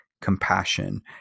compassion